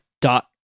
dot